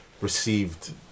received